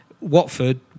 Watford